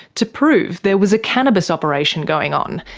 to prove there was a cannabis operation going on,